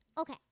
Okay